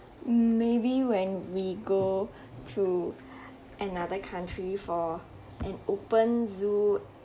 maybe when we go to another country for an open zoo